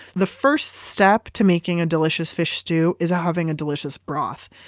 the first step to making a delicious fish stew, is having a delicious broth.